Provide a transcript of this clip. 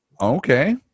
okay